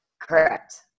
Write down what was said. Correct